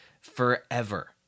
forever